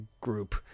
group